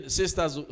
sisters